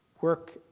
work